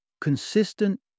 consistent